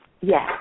Yes